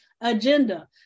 agenda